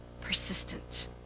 persistent